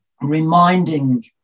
reminding